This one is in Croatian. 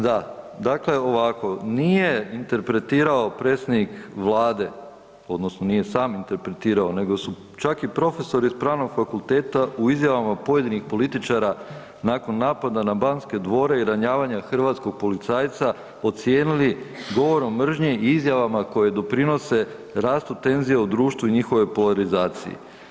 Dakle ovako, nije interpretirao predsjednik Vlade odnosno nije sam interpretirao, nego su čak i profesori sa pravnog fakulteta u izjavama pojedinih političara nakon napada na Banske dvore i ranjavanja hrvatskog policajca ocijenili govorom mržnje i izjavama koje doprinose rastu tenzija u društvu i njihovoj polarizaciji.